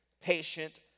patient